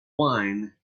wine